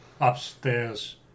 Upstairs